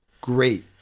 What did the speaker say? great